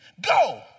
go